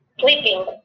sleeping